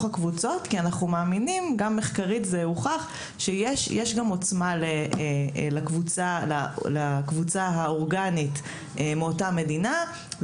הקבוצות כי הוכח מחקרית שיש גם עוצמה לקבוצה האורגנית מאותה המדינה,